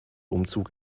umzug